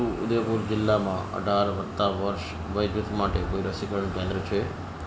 શું ઉદેપુર જિલ્લામાં વર્ષ અઢાર વતા વર્ષ વયજૂથ માટે કોઈ રસીકરણ કેન્દ્ર છે